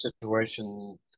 situation